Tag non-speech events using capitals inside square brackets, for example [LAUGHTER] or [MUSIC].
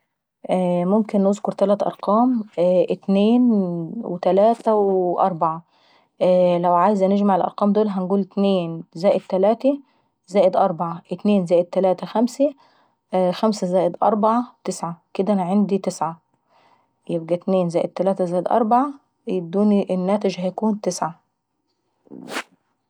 [HESITATION] ممكن نذكر تلات ارقام اتنين وتلاتة واربعا. عاوزة نجمع الأرقام دول هنقول اتنين زائد تلاتي زائد أربعة. اتنين زائد تلاتة خمسيي، وخمسة زائد أربعة تسعة. كدا انا عيندي تسعة. يبقى اتنين زائد تلاتة زائد أربعة يدوني الناتج تسعة.